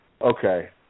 okay